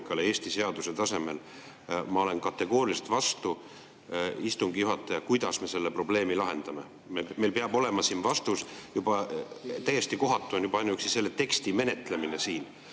Eesti seaduse tasemel olen ma kategooriliselt vastu. Istungi juhataja, kuidas me selle probleemi lahendame? Meil peab olema vastus. Täiesti kohatu on juba ainuüksi selle teksti menetlemine siin.